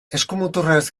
eskumuturraz